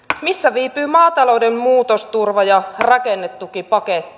missä viipyy maatalouden muutosturva ja rakennetukipaketti